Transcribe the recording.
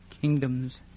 Kingdoms